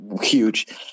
huge